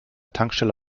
tankstelle